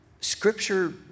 Scripture